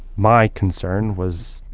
my concern was,